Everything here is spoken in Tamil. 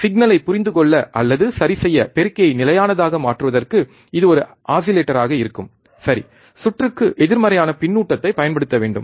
சிக்னலைப் புரிந்துகொள்ள அல்லது சரிசெய்ய பெருக்கியை நிலையானதாக மாற்றுவதற்கு இது ஒரு ஆஸிலேட்டராக இருக்கும் சரி சுற்றுக்கு எதிர்மறையான பின்னூட்டத்தைப் பயன்படுத்த வேண்டும்